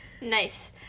Nice